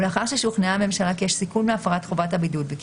ולאחר ששוכנעה הממשלה כי יש סיכון מהפרת חובת הבידוד וכי